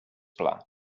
pla